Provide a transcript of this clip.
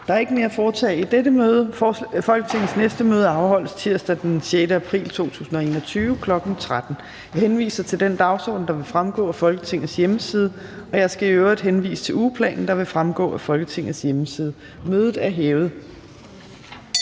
Der er ikke mere at foretage i dette møde. Folketingets næste møde afholdes tirsdag den 6. april 2021, kl. 13.00. Jeg henviser til den dagsorden, der vil fremgå af Folketingets hjemmeside. Jeg skal i øvrigt henvise til ugeplanen, der vil fremgå af Folketingets hjemmeside. Mødet er hævet.